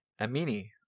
Amini